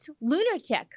lunatic